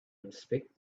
inspect